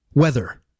Weather